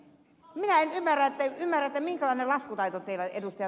minä en ymmärrä minkälainen laskutaito teillä ed